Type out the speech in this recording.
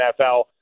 NFL